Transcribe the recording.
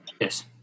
Yes